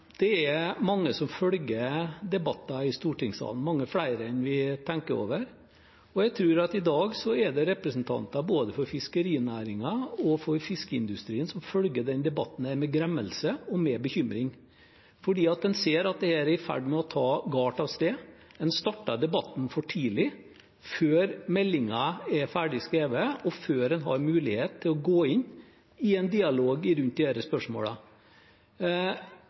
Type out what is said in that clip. Det er mange som følger debatter i stortingssalen – mange flere enn vi tenker over. Jeg tror at i dag er det representanter både for fiskerinæringen og for fiskeindustrien som følger denne debatten med gremmelse og med bekymring, fordi en ser at dette er i ferd med å bære galt av sted. En startet debatten for tidlig, før meldingen er ferdig skrevet, og før en har mulighet til å gå inn i en dialog om disse spørsmålene. Vi i